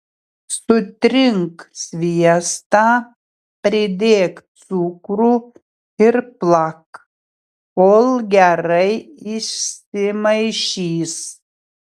sutrink sviestą pridėk cukrų ir plak kol gerai išsimaišys